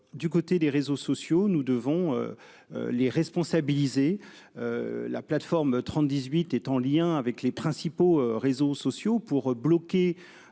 du côté des réseaux sociaux. Nous devons. Les responsabiliser. La plateforme 30 18 est en lien avec les principaux réseaux sociaux pour bloquer.